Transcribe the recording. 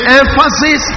emphasis